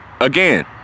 Again